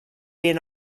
been